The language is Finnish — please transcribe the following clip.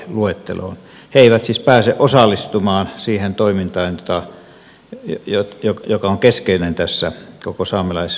he eivät siis pääse osallistumaan siihen toimintaan joka on keskeinen tässä koko saamelaiskysymyksessä